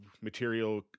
material